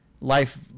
life